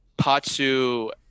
patsu